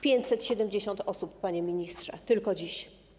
570 osób, panie ministrze, tylko dziś.